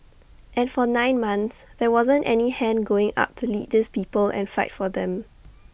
and for nine months there wasn't any hand going up to lead these people and fight for them